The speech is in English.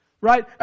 Right